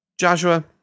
Joshua